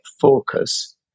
focus